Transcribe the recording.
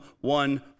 one